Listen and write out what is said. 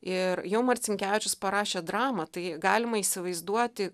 ir jau marcinkevičius parašė dramą tai galima įsivaizduoti